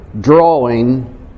drawing